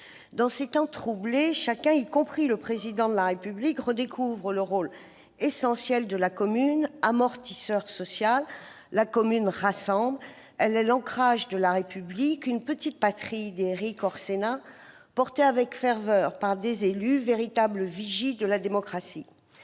Dans ces temps troublés, chacun, y compris le Président de la République, redécouvre le rôle essentiel de la commune. Amortisseur social, la commune rassemble. Elle est l'ancrage de la République, « une petite patrie » selon Érik Orsenna, portée avec ferveur par ses élus, véritables vigies de la démocratie.